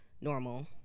normal